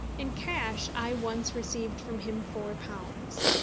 in cash i once received from him four pounds.